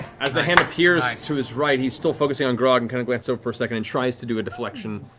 as the hand appears like to his right, he's still focusing on grog and and glances over for a second and tries to do a deflection,